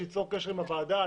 שייצור קשר עם הוועדה.